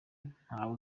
ntawe